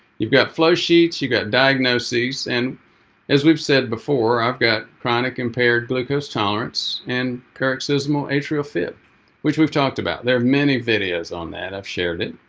you've got flowsheets, you got diagnoses. and as we've said before, i've got chronic impaired glucose tolerance and paroxysmal atrial fib which we've talked about. there are many videos on that, i've shared it.